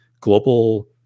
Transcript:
global